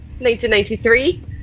1993